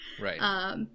Right